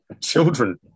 Children